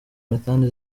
methane